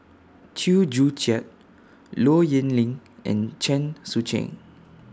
Chew Joo Chiat Low Yen Ling and Chen Sucheng